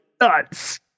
nuts